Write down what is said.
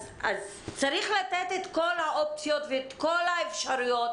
צריך לתת את כל האופציות ואת כל האפשרויות